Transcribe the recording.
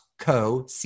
Co